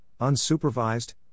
unsupervised